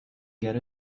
get